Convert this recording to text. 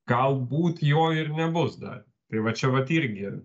galbūt jo ir nebus dar tai va čia vat irgi